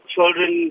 Children